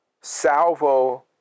salvo